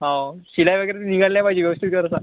हो शिलाई वगैरे निघाल्या पाहिजे व्यवस्थित करत जा